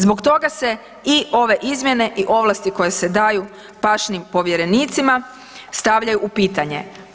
Zbog toga se i ove izmjene i ovlasti koje se daju pašnim povjerenicima stavljaju u pitanje.